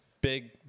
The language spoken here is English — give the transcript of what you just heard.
Big